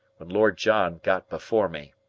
when lord john got before me.